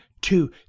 two